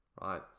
right